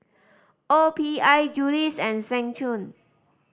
O P I Julie's and Seng Choon